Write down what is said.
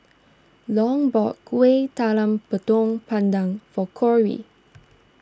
Long bought Kuih Talam Tepong Pandan for Corrie